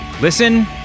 Listen